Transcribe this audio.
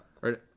Right